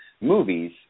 movies